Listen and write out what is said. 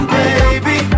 baby